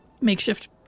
makeshift